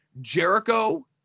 jericho